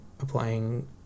applying